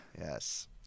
Yes